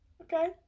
okay